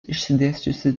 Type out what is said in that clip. išsidėsčiusi